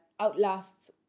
outlasts